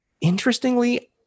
Interestingly